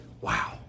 wow